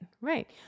Right